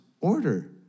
order